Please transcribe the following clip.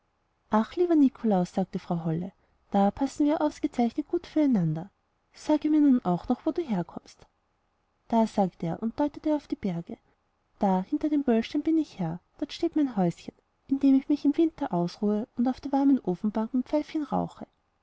ach lieber nikolaus sagte frau holle wir passen ja ausgezeichnet gut füreinander sage mir nun auch noch wo du herkommst da sagte er und deutete auf die berge da hinter dem böllstein bin ich her dort steht mein häuschen in dem ich mich im winter ausruhe und auf der warmen ofenbank mein pfeifchen rauche